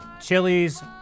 chilies